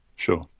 Sure